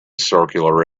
circular